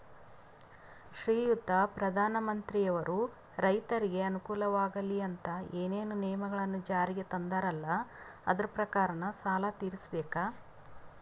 ಶ್ರೀಯುತ ಪ್ರಧಾನಮಂತ್ರಿಯವರು ರೈತರಿಗೆ ಅನುಕೂಲವಾಗಲಿ ಅಂತ ಏನೇನು ನಿಯಮಗಳನ್ನು ಜಾರಿಗೆ ತಂದಾರಲ್ಲ ಅದರ ಪ್ರಕಾರನ ಸಾಲ ತೀರಿಸಬೇಕಾ?